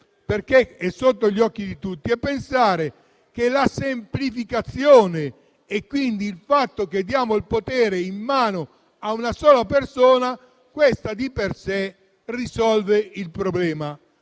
perché è sotto gli occhi di tutti, è pensare che la semplificazione e il fatto di dare il potere in mano a una sola persona di per sé risolva il problema.